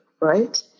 right